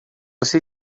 você